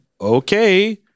Okay